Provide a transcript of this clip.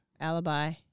alibi